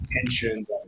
tensions